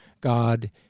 God